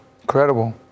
Incredible